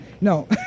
No